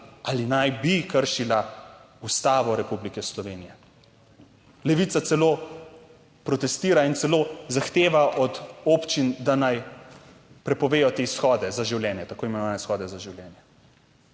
ali naj bi kršila Ustavo Republike Slovenije. Levica celo protestira in celo zahteva od občin, da naj prepovedo te shode za življenje, tako imenovane izhode za življenje.